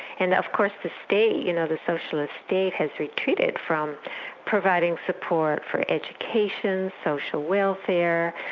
and of course the state, you know the socialist state has retreated from providing support for education, social welfare,